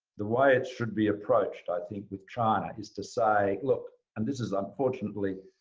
the way it should be approached, i think with china, is to say, look and this is unfortunately,